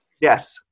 Yes